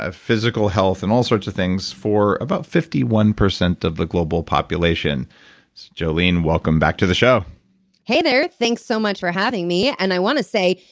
ah physical health, and all sorts of things, for about fifty one percent of the global population jolene, welcome back to the show hey there. thanks so much for having me. and i want to say,